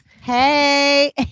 Hey